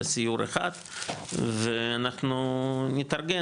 בסיור אחד ואנחנו נתארגן,